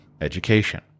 education